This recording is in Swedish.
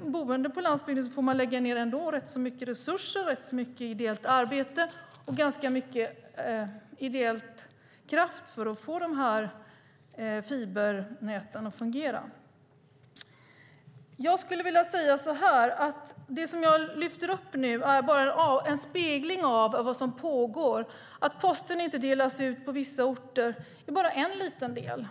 boende på landsbygden får lägga ned rätt mycket resurser, ideellt arbete och ideell kraft för att få fibernäten att fungera. Jag skulle vilja säga att det jag nu lyfter upp bara är en spegling av vad som pågår. Att posten inte delas ut på vissa orter är bara en liten del.